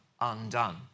undone